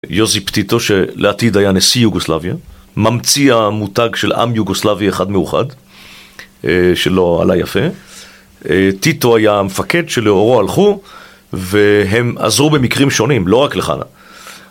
יוזי פטיטו שלעתיד היה נשיא יוגוסלביה, ממציא המותג של עם יוגוסלבי אחד מאוחד, שלא עלה יפה. טיטו היה המפקד שלאורו הלכו והם עזרו במקרים שונים, לא רק לכאנה.